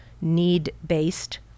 need-based